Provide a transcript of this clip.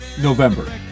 November